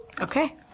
Okay